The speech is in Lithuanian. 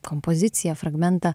kompoziciją fragmentą